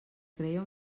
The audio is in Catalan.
creia